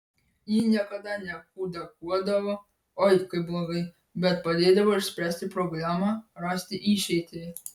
ji niekada nekudakuodavo oi kaip blogai bet padėdavo išspręsti problemą rasti išeitį